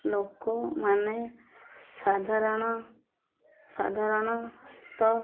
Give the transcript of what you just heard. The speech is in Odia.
ଲୋକମାନେ ସାଧାରଣ ସାଧାରଣତ